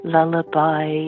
Lullaby